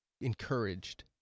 encouraged